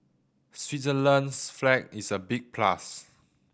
Switzerland's flag is a big plus